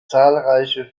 zahlreiche